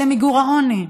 למיגור העוני.